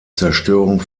zerstörung